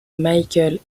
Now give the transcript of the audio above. michael